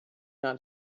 not